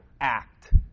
act